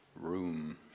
room